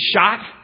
shot